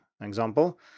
example